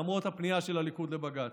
למרות הפנייה של הליכוד לבג"ץ.